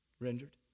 rendered